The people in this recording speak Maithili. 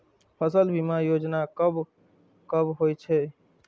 फसल बीमा योजना कब कब होय छै?